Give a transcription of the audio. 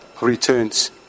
returns